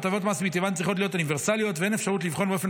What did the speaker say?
הטבות מס מטבען צריכות להיות אוניברסליות ואין אפשרות לבחון באופן